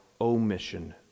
omission